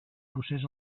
procés